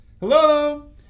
hello